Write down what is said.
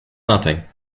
nothing